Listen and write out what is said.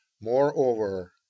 moreover